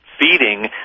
feeding